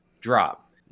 drop